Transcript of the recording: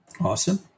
Awesome